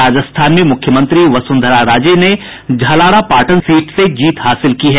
राजस्थान में मूख्यमंत्री वसुंधरा राजे ने झलारा पाटन सीट से जीत हासिल की है